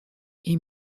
est